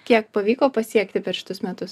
kiek pavyko pasiekti per šitus metus